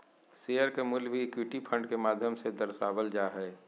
share के मूल्य भी इक्विटी फंड के माध्यम से दर्शावल जा हय